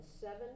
seven